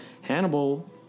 Hannibal